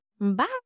Bye